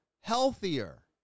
healthier